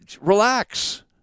relax